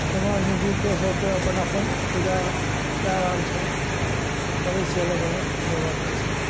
समाजमे जे केओ सबके अपन अपन पूजा कए रहल छै आ करै छियै अलग अलग कोनो बात नै छै